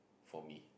for me